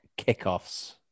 kickoffs